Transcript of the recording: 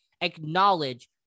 acknowledge